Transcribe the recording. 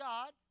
God